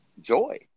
joy